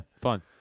fun